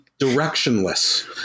directionless